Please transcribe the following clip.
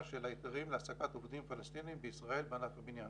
של ההיתרים להעסקת עובדים פלסטינים בישראל בענף הבניין.